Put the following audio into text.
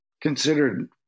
considered